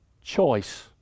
Choice